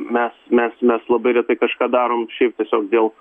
mes mes mes labai retai kažką darom šiaip tiesiog dėl